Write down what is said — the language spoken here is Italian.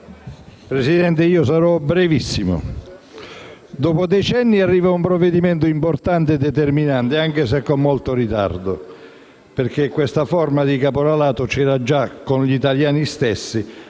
Presidente, sarò brevissimo, dopo dieci anni arriva un provvedimento importante e determinante, anche se con molto ritardo perché questa forma di caporalato esisteva già quando i lavoratori